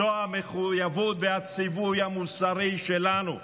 זו המחויבות והציווי המוסרי שלנו.